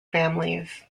families